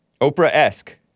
Oprah-esque